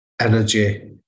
energy